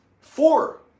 Four